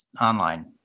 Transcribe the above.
online